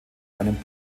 einem